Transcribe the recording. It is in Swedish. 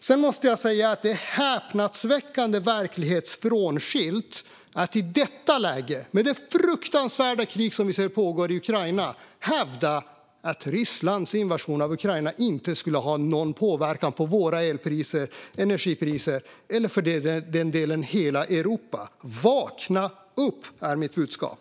Sedan måste jag säga att det är häpnadsväckande verklighetsfrånskilt att i detta läge, med det fruktansvärda krig som vi ser pågå i Ukraina, hävda att Rysslands invasion av Ukraina inte skulle ha någon påverkan på våra eller för den delen hela Europas energipriser. Vakna upp! är mitt budskap.